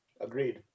agreed